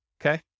Okay